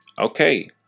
Okay